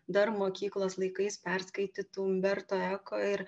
dar mokyklos laikais perskaitytų umberto eko ir